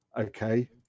okay